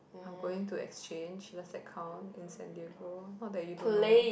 I'm going to exchange does that count in San-Diego not that you don't know